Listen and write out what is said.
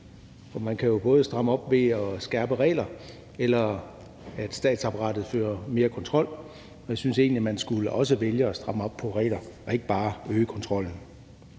op. Man kan jo både stramme op ved at skærpe reglerne, eller ved at statsapparatet fører mere kontrol, og jeg synes egentlig, at man skulle vælge også at stramme op på reglerne og ikke bare øge kontrollen.